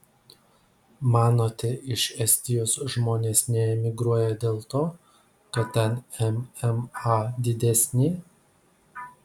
manote iš estijos žmonės neemigruoja dėl to kad ten mma didesnė